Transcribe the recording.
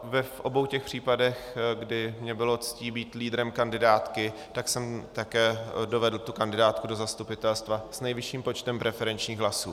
V obou případech, kdy mi bylo ctí být lídrem kandidátky, tak jsem také dovedl kandidátku do zastupitelstva s nejvyšším počtem preferenčních hlasů.